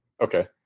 Okay